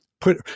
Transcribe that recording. Put